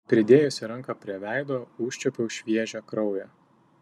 pridėjusi ranką prie veido užčiuopiau šviežią kraują